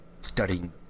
studying